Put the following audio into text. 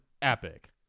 epic